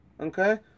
Okay